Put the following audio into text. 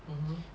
mmhmm